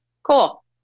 Cool